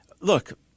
Look